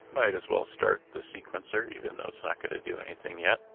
might as well start the sequencer even though it's not going to do anything yet.